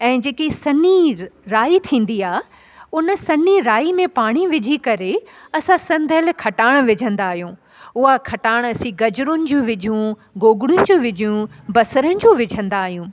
ऐं जेकी सनी राई थींदी आहे उन सनी राई में पाणी विझी करे असां सधंयल खटाण विझंदा आहियूं उहा खटाण असीं गजरुनि जूं विझूं गोगड़ू जूं विझूं बसरनि जूं विझंदा आहियूं